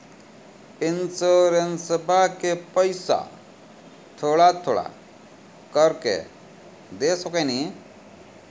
इंश्योरेंसबा के पैसा थोड़ा थोड़ा करके दे सकेनी?